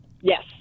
Yes